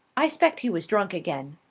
i spect he was drunk again!